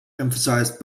emphasize